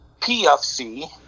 PFC